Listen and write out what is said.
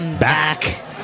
back